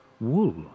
wool